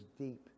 deep